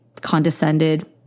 condescended